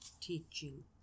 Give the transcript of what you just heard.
teaching